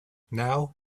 now